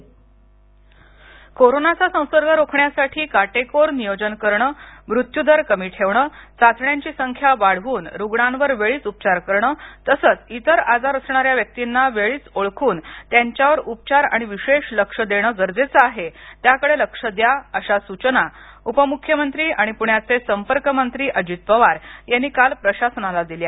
पवार कोरोनाचा संसर्ग रोखण्यासाठी काटेकोर नियोजन करणं मृत्यू दर कमी ठेवणं चाचण्यांची संख्या वाढवून रुग्णांवर वेळीच उपचार करणं तसेच इतर आजार असणाऱ्या व्यक्तींना वेळीच ओळखून त्यांच्यावर उपचार आणि विशेष लक्ष देणं गरजेचं आहे त्याकडे लक्ष द्या अशा सूचना उपम्ख्यमंत्री आणि पुण्याचे संपर्ककमंत्री अजित पवार यांनी काल प्रशासनाला दिल्या